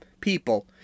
people